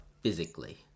physically